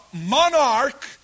monarch